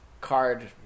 card